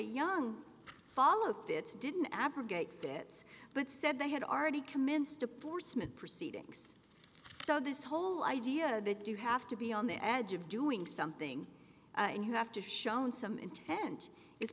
young follow up bits didn't abrogate bits but said they had already commenced to portsmouth proceedings so this whole idea that you have to be on the edge of doing something you have to shown some inten